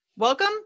Welcome